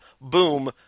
boom